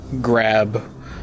grab